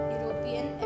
European